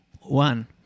one